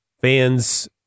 fans